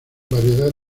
variedad